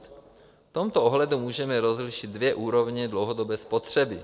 V tomto ohledu můžeme rozlišit dvě úrovně dlouhodobé spotřeby.